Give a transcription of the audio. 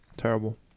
Terrible